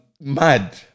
mad